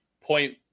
point